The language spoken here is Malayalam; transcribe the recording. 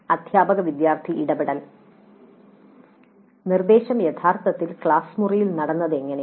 അധ്യാപക വിദ്യാർത്ഥി ഇടപെടൽ നിർദ്ദേശം യഥാർത്ഥത്തിൽ ക്ലാസ് മുറിയിൽ നടന്നത് എങ്ങനെ